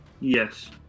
Yes